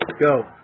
Go